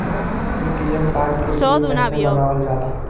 ATM card के PIN कैसे बनावल जाला?